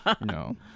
No